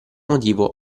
motivo